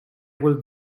will